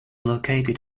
located